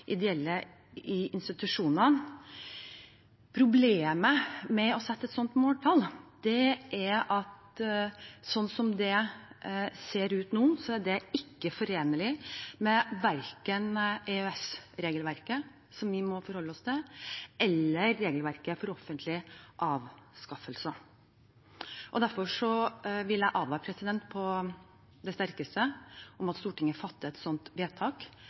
ideelle øker til 40 pst i institusjonene: Problemet med å sette et sånt måltall er at sånn som det ser ut nå, er det ikke forenlig med verken EØS-regelverket, som vi må forholde oss til, eller regelverket for offentlige anskaffelser. Derfor vil jeg advare på det sterkeste mot at Stortinget fatter et sånt vedtak,